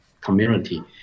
community